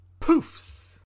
poofs